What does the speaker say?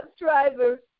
driver